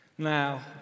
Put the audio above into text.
Now